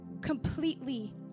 completely